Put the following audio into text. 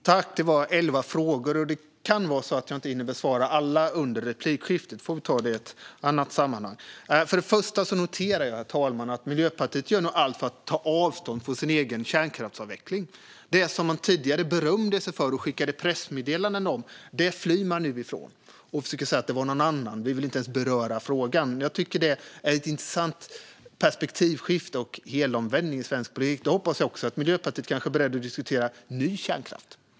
Herr talman! Det var elva frågor, och det kan bli så att jag inte hinner besvara alla under replikskiftet. Då får vi ta dem i ett annat sammanhang. För det första noterar jag, herr talman, att Miljöpartiet nu gör allt för att ta avstånd från sin egen kärnkraftsavveckling. Det som man tidigare berömde sig och skickade pressmeddelanden om flyr man nu ifrån och försöker säga att det var någon annan. Man vill inte ens beröra frågan. Jag tycker att detta är ett intressant perspektivskifte och en helomvändning i svensk politik. Jag hoppas att Miljöpartiet kanske är beredda att diskutera ny kärnkraft.